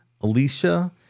Alicia